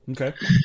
Okay